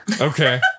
Okay